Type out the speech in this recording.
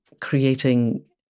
creating